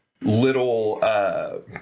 little –